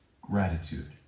gratitude